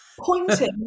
pointing